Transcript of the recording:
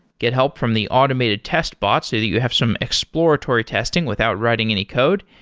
get help from the automated test bots so that you have some exploratory testing without writing any code,